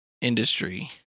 industry